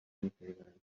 میپیوندد